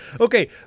Okay